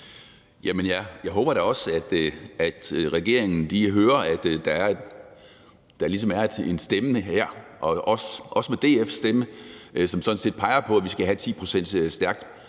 jeg håber da også, at regeringen hører, at der er en stemme her, også DF's stemme, som sådan set peger i retning af, at vi skal have 10 pct. strengt